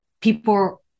people